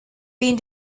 been